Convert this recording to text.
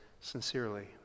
sincerely